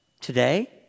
Today